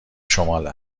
شمال